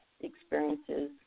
experiences